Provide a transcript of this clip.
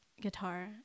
guitar